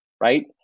right